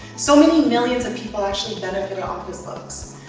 so many millions of people actually benefit off his books.